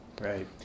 Right